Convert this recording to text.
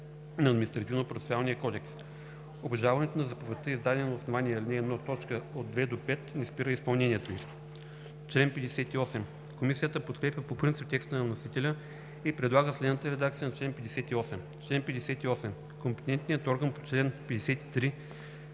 на Административнопроцесуалния кодекс. Обжалването на заповедта, издадена на основание ал. 1, т. 2 – 5, не спира изпълнението й.“ Комисията подкрепя по принцип текста на вносителя и предлага следната редакция на чл. 58: „Чл. 58. Компетентният орган по чл. 53